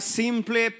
simple